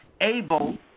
able